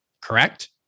correct